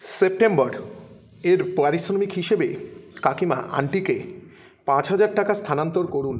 September এর পারিশ্রমিক হিসেবে কাকিমা আন্টিকে পাঁচ হাজার টাকা স্থানান্তর করুন